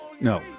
No